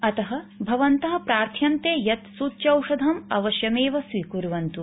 अतः भवन्तः प्रार्थ्यन्ते यत् सूच्यौषधम् अवश्यमेव स्वीकुर्वन्तु